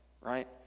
Right